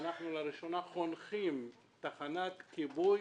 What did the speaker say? אנחנו לראשונה חונכים תחנת כיבוי,